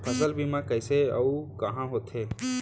फसल बीमा कइसे अऊ कहाँ होथे?